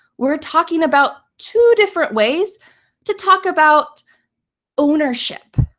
we're talking about two different ways to talk about ownership,